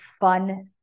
fun